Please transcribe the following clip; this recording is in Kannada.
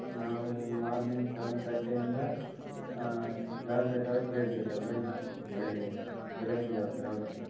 ನಾವು ಮಾರ್ನಿಂಗ್ ಸೆವೆನ್ ತರ್ಟಿಯಿಂದ ಲೆವೆನ್ ತರ್ಟಿವರ್ಗು ಫ್ರೀ ಇರ್ತೀವಿ ಸರ್ ಬನ್ನಿ ಬೆಳಿಗ್ಗೆ ಬೆಳಗಿನ ಜಾವ ಸರ್ ಹೌದು ಸರ್